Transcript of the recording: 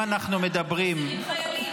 חסרים חיילים.